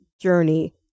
journey